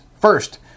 First